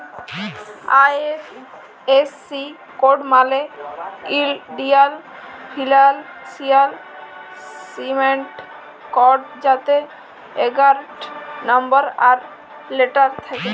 IFSC code মালে ইলডিয়াল financial system code যাতে এগারটা লম্বর আর লেটার থ্যাকে